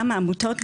גם העמותות,